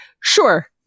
Sure